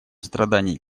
страданий